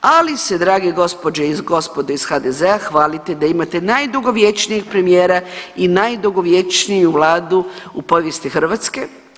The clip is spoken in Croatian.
Ali se, drage gospođe i gospodo iz HDZ-a, hvalite da imate najdugovječnijeg premijera i najdugovječniju Vladu u povijesti Hrvatske.